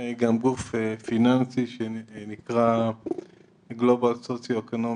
גם גוף פיננסי שנקרא Global Socio-Economic